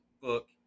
book